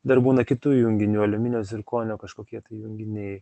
dar būna kitų junginių aliuminio cirkonio kažkokie tai junginiai